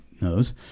knows